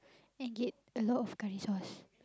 and get a lot of curry sauce